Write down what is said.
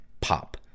pop